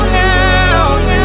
now